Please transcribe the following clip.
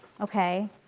Okay